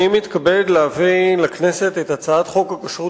אני מתכבד להביא לכנסת את הצעת חוק הכשרות